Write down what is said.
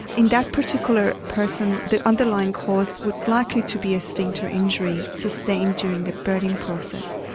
in that particular person, the underlying cause would likely to be a sphincter injury sustained during the birthing process.